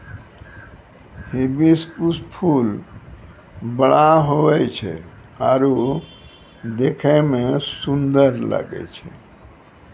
hibiscus फूल बड़ा बड़ा हुवै छै आरु देखै मे सुन्दर लागै छै